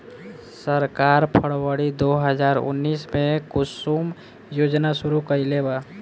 सरकार फ़रवरी दो हज़ार उन्नीस में कुसुम योजना शुरू कईलेबा